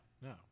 no